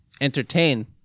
entertain